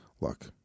Look